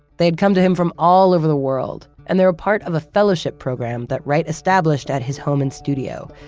they'd come to him from all over the world and they were part of a fellowship program that wright established at his home and studio,